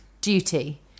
duty